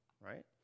right